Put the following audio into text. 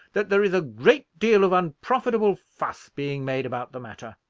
that there is a great deal of unprofitable fuss being made about the matter.